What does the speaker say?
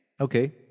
Okay